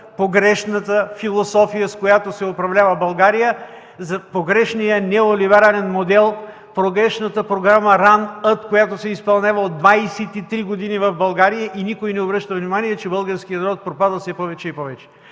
погрешната философия, с която се управлява България, погрешния неолиберален модел, погрешната програма „Ран-Ът”, която се изпълнява от 23 години в България! Никой не обръща внимание, че българският народ пропада все повече и повече.